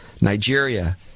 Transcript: Nigeria